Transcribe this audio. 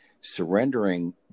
Surrendering